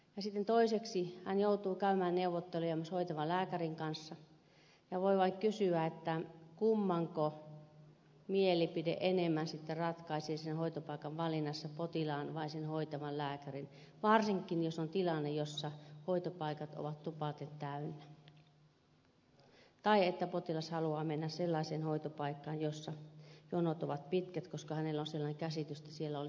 ja sitten toiseksi potilas joutuu käymään neuvotteluja myös hoitavan lääkärin kanssa ja voi vain kysyä kummanko mielipide sitten enemmän ratkaisisi sen hoitopaikan valinnassa potilaan vai sen hoitavan lääkärin varsinkin jos on tilanne jossa hoitopaikat ovat tupaten täynnä tai jos potilas haluaa mennä sellaiseen hoitopaikkaan jossa jonot ovat pitkät koska hänellä on sellainen käsitys että siellä olisi parempi hoito